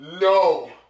No